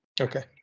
okay